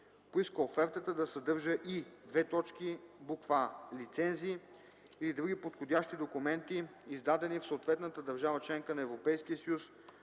поиска офертата да съдържа и: а) лицензи или други подходящи документи, издадени в съответната държава - членка на Европейския съюз,